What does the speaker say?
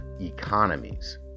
economies